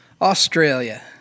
Australia